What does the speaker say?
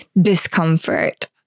discomfort